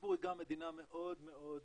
סינגפור היא גם מדינה מאוד מאוד מיוחדת.